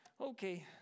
Okay